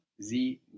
sie